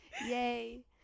Yay